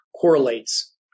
correlates